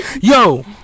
Yo